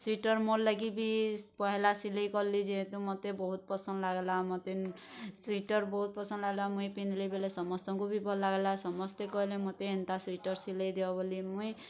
sweater ମୋର୍ ଲାଗି ବି ପହେଲା ସିଲେଇ କଲି ଯେହେତୁ ମତେ ବହୁତ୍ ପସନ୍ଦ୍ ଲାଗ୍ଲା ମତେ ସ୍ୱେଟର୍ ବହୁତ୍ ପସନ୍ଦ୍ ଲାଗ୍ଲା ମୁଇଁ ପିନ୍ଧ୍ଲି ବୋଇଲେ ସମସ୍ତଙ୍କୁ ବି ଭଲ୍ ଲାଗ୍ଲା ସମସ୍ତେ କହିଲେ ମତେ ଏନ୍ତା ସ୍ୱେଟର୍ ସିଲେଇଦିଅ ବୋଲି ମୁଇଁ